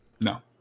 No